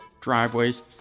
driveways